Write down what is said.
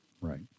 Right